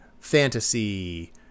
fantasy